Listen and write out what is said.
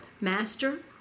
Master